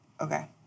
Okay